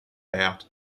bout